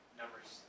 numbers